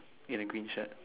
in a green shirt